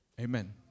amen